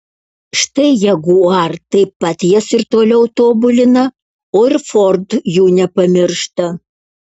štai jaguar taip pat jas ir toliau tobulina o ir ford jų nepamiršta